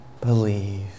believe